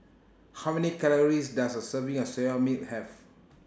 How Many Calories Does A Serving of Soya Milk Have